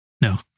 No